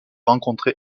rencontrer